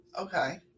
Okay